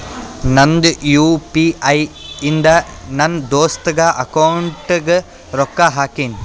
ನಂದ್ U P I ಇಂದ ನನ್ ದೋಸ್ತಾಗ್ ಅಕೌಂಟ್ಗ ರೊಕ್ಕಾ ಹಾಕಿನ್